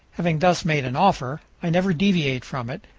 having thus made an offer, i never deviate from it,